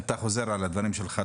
אתה חוזר על הדברים שלך.